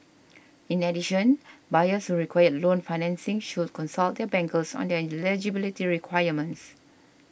in addition buyers who require loan financing should consult their bankers on their eligibility requirements